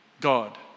god